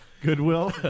Goodwill